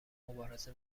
مبارزه